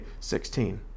16